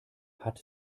hat